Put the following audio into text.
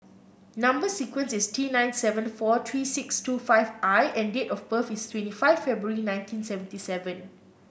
number sequence is T nine seven four three six two five I and date of birth is twenty five February nineteen seventy seven